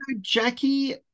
Jackie